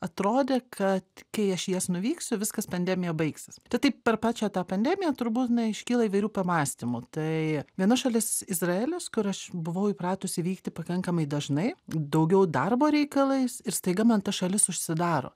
atrodė kad kai aš į jas nuvyksiu viskas pandemija baigsis čia taip per pačią tą pandemiją turbūt na iškyla įvairių pamąstymų tai viena šalis izraelis kur aš buvau įpratusi vykti pakankamai dažnai daugiau darbo reikalais ir staiga man ta šalis užsidaro